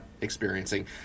experiencing